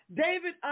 David